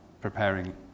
preparing